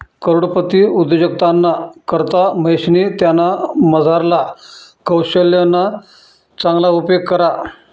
करोडपती उद्योजकताना करता महेशनी त्यानामझारला कोशल्यना चांगला उपेग करा